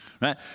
right